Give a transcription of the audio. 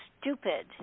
stupid